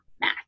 match